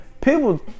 people